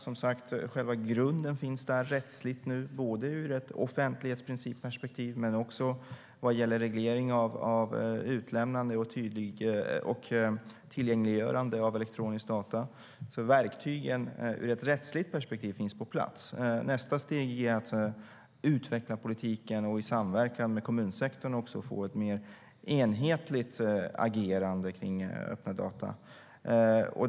Som sagt finns nu den rättsliga grunden ur ett offentlighetsprincipperspektiv men också vad gäller reglering av utlämnande och tillgängliggörande av elektroniska data, så verktygen ur ett rättsligt perspektiv finns på plats. Nästa steg är att utveckla politiken och i samverkan med kommunsektorn få ett mer enhetligt agerande kring öppna data.